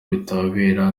bibatera